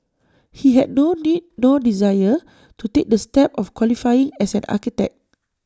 he had no need nor desire to take the step of qualifying as an architect